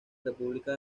república